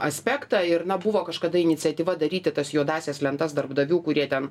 aspektą ir na buvo kažkada iniciatyva daryti tas juodąsias lentas darbdavių kurie ten